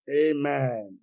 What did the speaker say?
Amen